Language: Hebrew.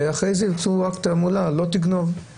ואחרי זה יעשו תעמולה לא תגנוב.